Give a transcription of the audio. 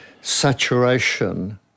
saturation